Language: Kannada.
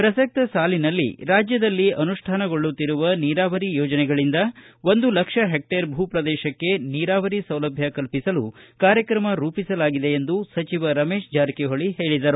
ಪ್ರಸಕ್ತ ಸಾಲಿನಲ್ಲಿ ರಾಜ್ಯದಲ್ಲಿ ಅನುಷ್ಯಾನಗೊಳ್ಳುತ್ತಿರುವ ನೀರಾವರಿ ಯೋಜನೆಗಳಿಂದ ಒಂದು ಲಕ್ಷ ಹೆಕ್ಷೇರ್ ಭೂ ಪ್ರದೇಶಕ್ಕೆ ನೀರಾವರಿ ಸೌಲಭ್ದ ಕಲ್ಪಿಸಲು ಕಾರ್ಯಕ್ರಮ ರೂಪಿಸಲಾಗಿದೆ ಎಂದು ಸಚಿವ ರಮೇಶ ಜಾರಕಿಹೊಳಿ ಹೇಳಿದರು